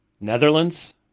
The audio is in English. Netherlands